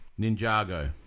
Ninjago